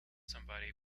somebody